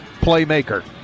playmaker